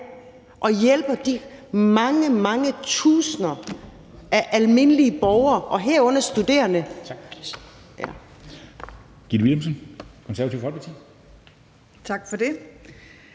og hjælper de mange, mange tusinder af almindelige borgere, herunder studerende. Kl.